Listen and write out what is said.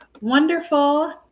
Wonderful